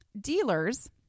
Dealers